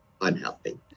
unhealthy